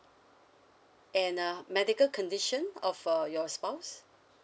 and uh medical condition of uh your spouse